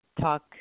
talk